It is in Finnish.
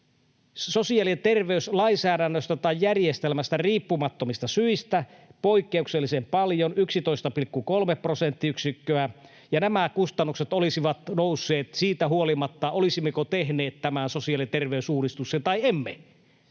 sosiaali- ja terveyslainsäädännöstä tai järjestelmästä riippumattomista syistä, poikkeuksellisen paljon, 11,3 prosenttiyksikköä, ja nämä kustannukset olisivat nousseet siitä riippumatta, olisimmeko tehneet tämän sosiaali- ja terveysuudistuksen vai emme.